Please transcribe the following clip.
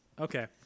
okay